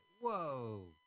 Whoa